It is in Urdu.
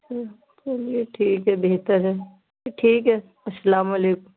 چلیے ٹھیک ہے بہتر ہے ٹھیک ہے السلام و علیکم